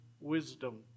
wisdom